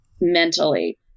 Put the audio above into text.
mentally